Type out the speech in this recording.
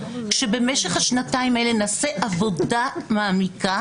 שבמשך השנתיים האלה נעשה עבודה מעמיקה